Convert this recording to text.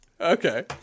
Okay